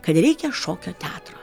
kad reikia šokio teatro